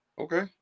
Okay